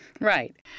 Right